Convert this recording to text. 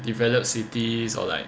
developed cities or like